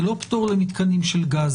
זה לא פטור למתקנים של גז.